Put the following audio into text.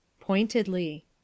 Pointedly